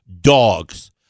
dogs